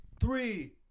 Three